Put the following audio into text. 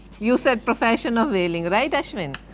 you said profession of whaling, right ashwin?